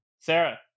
Sarah